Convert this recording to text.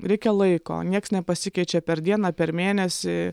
reikia laiko niekas nepasikeičia per dieną per mėnesį